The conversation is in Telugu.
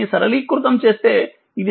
దీనిని సరళీకృతం చేస్తే ఇది 0